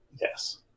Yes